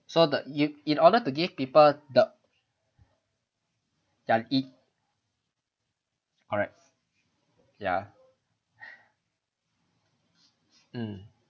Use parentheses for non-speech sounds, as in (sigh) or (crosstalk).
so the (noise) in order to give people the ya i~ correct ya mm